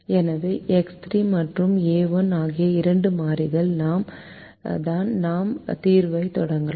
எனவே எக்ஸ் 3 மற்றும் ஏ 1 ஆகிய இரண்டு மாறிகள் தான் நாம் தீர்வைத் தொடங்குகிறோம்